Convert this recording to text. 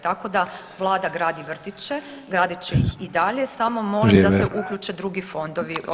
Tako da vlada gradi vrtiće, gradit će ih i dalje [[Upadica: Vrijeme.]] samo molim da se uključe drugi fondovi